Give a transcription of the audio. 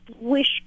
wish